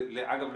אגב,